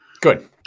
Good